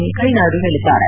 ವೆಂಕಯ್ಲನಾಯ್ಡು ಹೇಳಿದ್ದಾರೆ